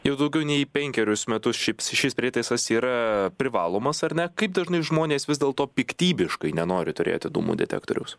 jau daugiau nei penkerius metus šips šis prietaisas yra privalomas ar ne kaip dažnai žmonės vis dėl to piktybiškai nenori turėti dūmų detektoriaus